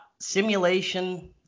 simulation